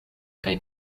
kaj